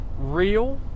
real